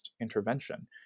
intervention